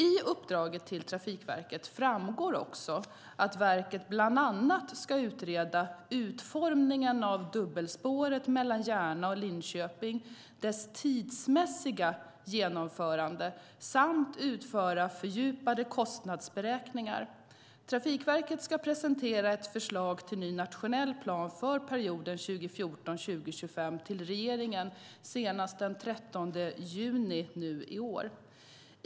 I uppdraget till Trafikverket framgår också att verket bland annat ska utreda utformningen av dubbelspåret mellan Järna och Linköping, dess tidsmässiga genomförande samt utföra fördjupade kostnadsberäkningar. Trafikverket ska presentera ett förslag till ny nationell plan för perioden 2014-2025 till regeringen senast den 13 juni i år.